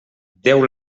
déu